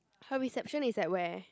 her reception is at where